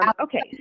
Okay